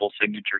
signature